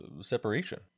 separation